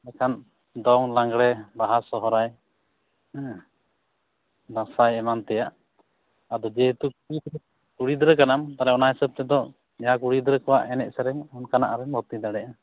ᱮᱱᱠᱷᱟᱱ ᱫᱚᱝ ᱞᱟᱜᱽᱬᱮ ᱵᱟᱦᱟ ᱥᱚᱦᱨᱟᱭ ᱦᱮᱸ ᱫᱟᱸᱥᱟᱭ ᱮᱢᱟᱱ ᱛᱮᱭᱟᱜ ᱟᱫᱚ ᱡᱮᱦᱮᱛᱩ ᱠᱩᱲᱤ ᱜᱤᱫᱽᱨᱟᱹ ᱠᱟᱱᱟᱢ ᱛᱟᱦᱚᱞᱮ ᱚᱱᱟ ᱦᱤᱥᱟᱹᱵ ᱛᱮᱫᱚ ᱡᱟᱦᱟᱸ ᱠᱩᱲᱤ ᱜᱤᱫᱽᱨᱟᱹ ᱠᱚᱣᱟᱜ ᱮᱱᱮᱡ ᱥᱮᱨᱮᱧ ᱚᱱᱠᱟᱱᱟᱜ ᱨᱮᱢ ᱵᱷᱚᱨᱛᱤ ᱫᱟᱲᱮᱭᱟᱜᱼᱟ